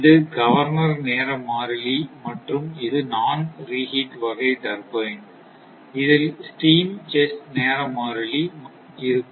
இது கவர்னர் நேர மாறிலி மற்றும் இது நான் ரிகிட் வகை டர்பைன் இதில் ஸ்டிம் செஸ்ட் நேர மாறிலி இருக்கும்